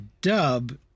dub